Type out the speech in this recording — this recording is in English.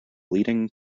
leading